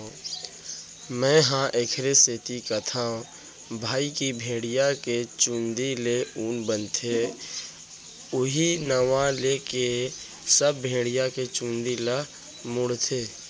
मेंहा एखरे सेती कथौं भई की भेड़िया के चुंदी ले ऊन बनथे उहीं नांव लेके सब भेड़िया के चुंदी ल मुड़थे